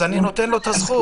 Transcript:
אני נותן לו את הזכות.